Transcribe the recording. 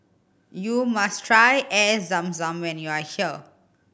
you must try Air Zam Zam when you are here